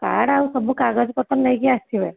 card ଆଉ ସବୁ କାଗଜପତ୍ର ନେଇକି ଆସିବେ